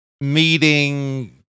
meeting